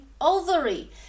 ovary